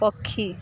ପକ୍ଷୀ